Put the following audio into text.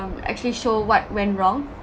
actually show what went wrong